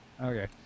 Okay